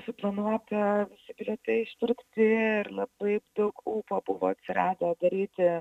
suplanuota visi bilietai išpirkti ir labai daug ūpo buvo atsiradę daryti